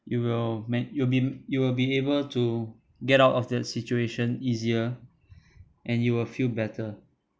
you will make you be you will be able to get out of that situation easier and you will feel better